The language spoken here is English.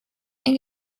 and